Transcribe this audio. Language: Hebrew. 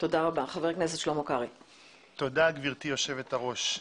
תודה גברתי יושבת הראש.